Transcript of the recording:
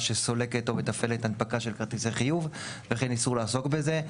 שסולקת או מתפעלת הנפקה של כרטיסי חיוב וכן איסור לעסוק בזה.